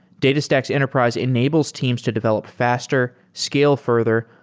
datastax enterprise enables teams to develop faster, scale further,